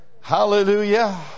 hallelujah